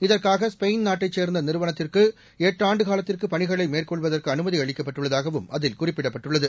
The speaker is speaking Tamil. இதற்காக ஸ்பெயின் நாட்டைச் சேர்ந்த நிறவனத்துக்கு எட்டு ஆண்டு காலத்திற்கு பணிகளை மேற்கொள்வதற்கு அனுமதி அளிக்கப்பட்டுள்ளதாகவும் அதில் குறிப்பிடப்பட்டுள்ளது